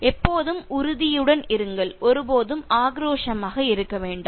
எப்போதும் உறுதியுடன் இருங்கள் ஒருபோதும் ஆக்ரோஷமாக இருக்க வேண்டாம்